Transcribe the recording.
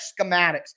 schematics